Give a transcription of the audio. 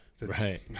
right